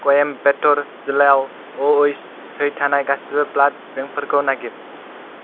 कयेम्बेट'र जिल्लायाव अ' ओइस थै थानाय गासिबो ब्लाड बेंकफोरखौ नागिर